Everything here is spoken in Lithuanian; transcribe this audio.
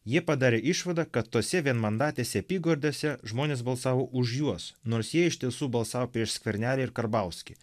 jie padarė išvadą kad tose vienmandatėse apygardose žmonės balsavo už juos nors jie iš tiesų balsavo prieš skvernelį ir karbauskį